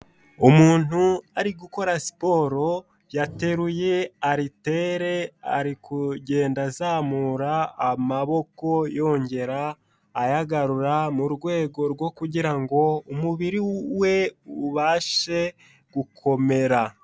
Umuntu ari gukora siporo yateruye aitere, ari kugenda azamura amaboko yongera ayagarura mu rwego rwo kugira ngo umubiri we ubashe gukomera.